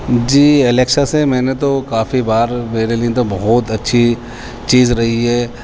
جی Alexa سے میں نے تو کافی بار میرے لیے تو بہت اچھی چیز رہی ہے